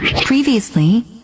Previously